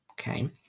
Okay